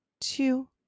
two